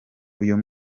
uyu